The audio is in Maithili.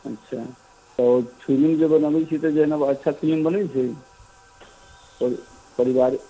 अच्छा तऽ फिलिम जे बनऽबै छियै तऽ अच्छा फिलिम बनबै छियै परिवारिक